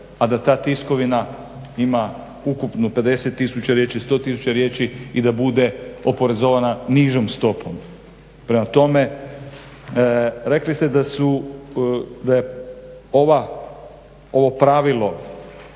a da ta tiskovina ima ukupno 50000 riječi, 100000 riječi i da bude oporezovana nižom stopom. Prema tome, rekli ste da je ovo pravilo